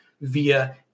via